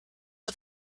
are